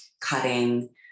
cutting